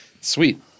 Sweet